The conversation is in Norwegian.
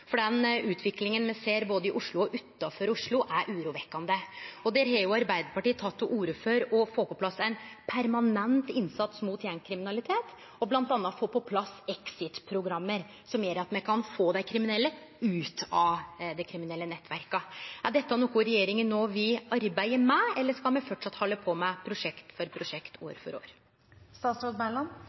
for den utviklinga me ser både i og utanfor Oslo, er urovekkjande. Arbeidarpartiet har tatt til orde for å få på plass ein permanent innsats mot gjengkriminalitet, bl.a. exitprogram som gjer at me kan få dei kriminelle ut av dei kriminelle nettverka. Er dette noko regjeringa no vil arbeide med, eller skal me framleis halde på med prosjekt etter prosjekt, år for